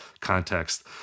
context